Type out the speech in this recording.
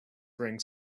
bring